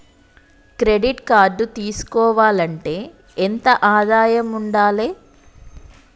Credit card తీసుకోవాలంటే ఎంత ఆదాయం ఉండాలే?